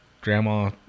grandma